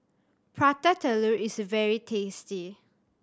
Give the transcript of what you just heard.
Prata Telur is very tasty